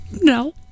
No